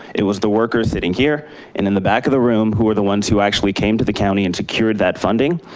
it was the workers sitting here and in the back of the room, who were the ones that actually came to the county and secured that funding.